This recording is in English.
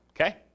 Okay